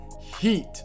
heat